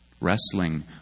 wrestling